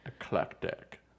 Eclectic